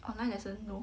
online lesson no